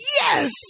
yes